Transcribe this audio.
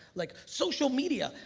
like social media,